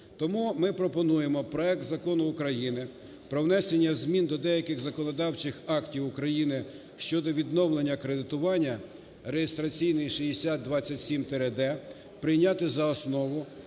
Тому ми пропонуємо проект Закону України про внесення змін до деяких законодавчих актів України щодо відновлення кредитування (реєстраційний 6027-д) прийняти за основу,